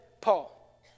Paul